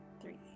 three